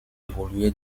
évolué